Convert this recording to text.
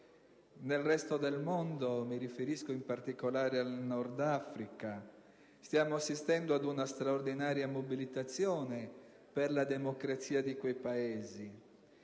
Nel resto del mondo - mi riferisco in particolare al Nord Africa - stiamo assistendo ad una straordinaria mobilitazione per la democrazia di quei Paesi;